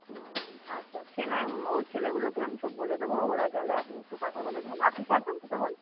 হুম আচ্ছা সে নয় ওই ছেলেগুলোকে আমি সব বলে দেবো ওরা গেলে আপনি একটু কথা বলে নেবেন আপনি থাকবেন তো তখন